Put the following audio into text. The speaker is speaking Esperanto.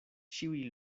ĉiuj